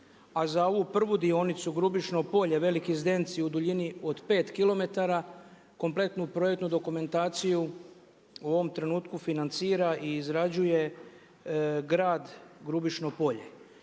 a za ovu prvu dionicu Grubišno Polje – Veliki Zdenci u duljini od 5 km kompletnu projektnu dokumentaciju u ovom trenutku financira i izrađuje grad Grubišno Polje.